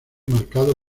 marcado